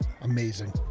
Amazing